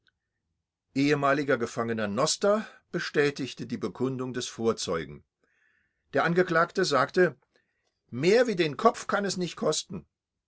ehemaliger gefangener noster bestätigte die bekundung des vorzeugen der angeklagte sagte mehr wie den kopf kann es nicht kosten